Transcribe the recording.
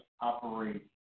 operate